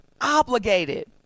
Obligated